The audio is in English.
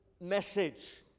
message